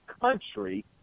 country